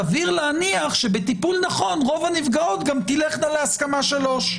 סביר להניח שבטיפול נכון רוב הנפגעות גם תלכנה להסכמה שלוש,